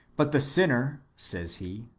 but the sinner, says he,